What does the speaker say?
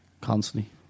Constantly